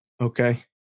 Okay